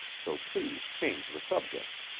so please change the subject.